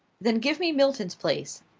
then give me milton's place.